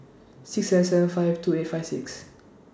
six seven seven five two eight five six